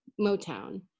Motown